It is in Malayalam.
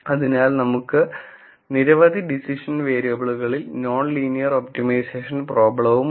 അതിനാൽ നമുക്ക് നിരവധി ഡിസിഷൻ വേരിയബിളുകളിൽ നോൺ ലീനിയർ ഒപ്റ്റിമൈസേഷൻ പ്രോബ്ലമുണ്ട്